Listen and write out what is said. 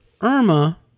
IRMA